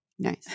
Nice